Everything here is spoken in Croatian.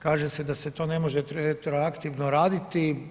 Kaže se da se to ne može retroaktivno raditi.